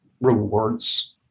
rewards